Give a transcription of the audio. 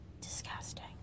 Disgusting